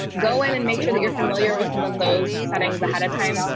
go in and make sure that you're familiar with some of those settings ahead of time,